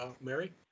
Mary